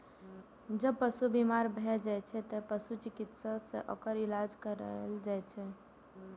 जब पशु बीमार भए जाइ छै, तें पशु चिकित्सक सं ओकर इलाज कराएल जाइ छै